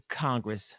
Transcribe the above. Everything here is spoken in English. Congress